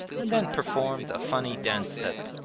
and then performed a funny dance-step.